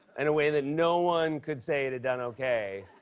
in a way that no one could say it had done okay,